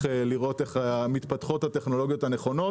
לראות איך מתפתחות הטכנולוגיות הנכונות.